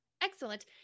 Excellent